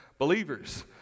Believers